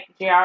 Jr